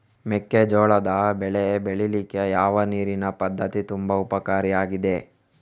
ಮೆಕ್ಕೆಜೋಳದ ಬೆಳೆ ಬೆಳೀಲಿಕ್ಕೆ ಯಾವ ನೀರಿನ ಪದ್ಧತಿ ತುಂಬಾ ಉಪಕಾರಿ ಆಗಿದೆ?